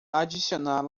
adicionar